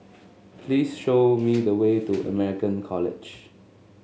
please show me the way to American College